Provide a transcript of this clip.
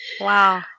Wow